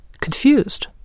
confused